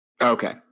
Okay